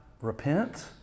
repent